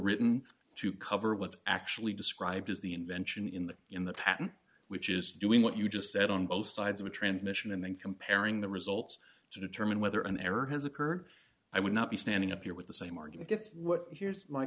written to cover what's actually described as the invention in the in the patent which is doing what you just said on both sides of a transmission and then comparing the results to determine whether an error has occurred i would not be standing up here with the same argument guess what here's my